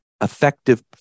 effective